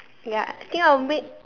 ya think I'll make